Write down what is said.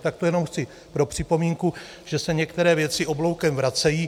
Tak to jenom chci pro připomínku, že se některé věci obloukem vracejí.